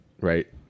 right